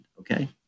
okay